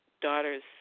daughter's